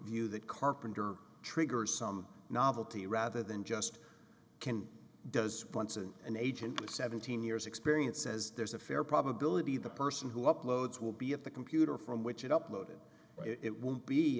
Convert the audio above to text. view that carpenter triggers some novelty rather than just ken does once in an agent with seventeen years experience says there's a fair probability the person who uploads will be at the computer from which it uploaded it w